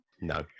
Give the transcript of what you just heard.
No